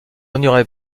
ennuierai